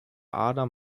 adam